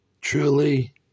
truly